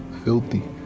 filthy,